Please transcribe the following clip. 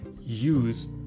use